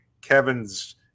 Kevin's